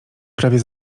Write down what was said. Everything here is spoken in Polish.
prawie